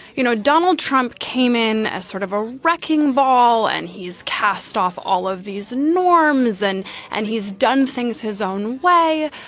you know, donald trump came in as sort of a wrecking ball and he's cast off all of these norms and and he's done things his own way.